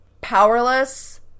Powerless